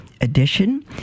edition